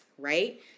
right